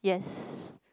yes